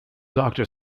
doctor